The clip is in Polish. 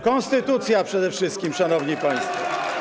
Konstytucja przede wszystkim, szanowni państwo.